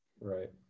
right